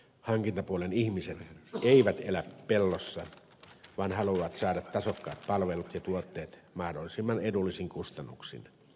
hankintapuolen ihmiset eivät elä pellossa vaan haluavat saada tasokkaat palvelut ja tuotteet mahdollisimman edullisin kustannuksin